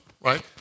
right